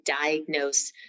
diagnose